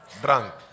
drunk